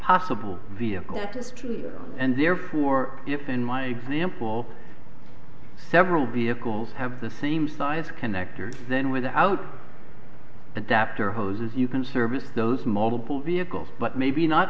possible vehicle and therefore if in my example several vehicles have the same size connector then without adapter hoses you can service those mobile vehicles but maybe not